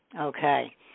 okay